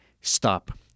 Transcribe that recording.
stop